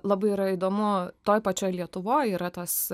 labai yra įdomu toj pačioj lietuvoj yra tos